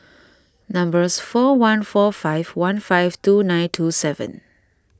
numbers four one four five one five two nine two seven